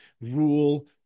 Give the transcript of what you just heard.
rule